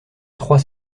trois